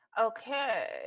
Okay